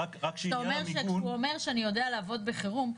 הוא אומר שאני יודע לעבוד בחירום,